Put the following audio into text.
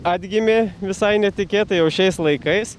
atgimė visai netikėtai jau šiais laikais